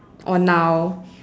or now